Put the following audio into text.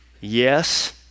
Yes